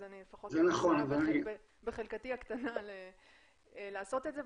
אז אני לפחות מנסה בחלקתי הקטנה לעשות את זה,